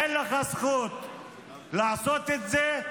אין לך זכות לעשות את זה,